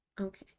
Okay